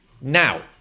Now